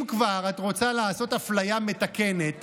אם כבר את רוצה לעשות אפליה מתקנת,